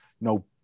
no